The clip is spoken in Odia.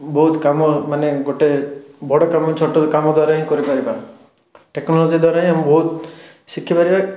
ବହୁତ କାମ ମାନେ ଗୋଟେ ବଡ଼କାମ ଛୋଟକାମ ଦ୍ୱାରା ହିଁ କରିପାରିବା ଟେକ୍ନୋଲୋଜି ଦ୍ୱାରା ହିଁ ଆମେ ବହୁତ ଶିଖିପାରିବା